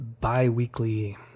bi-weekly